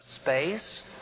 space